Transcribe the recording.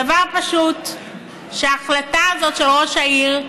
דבר פשוט: שההחלטה הזאת של ראש העיר,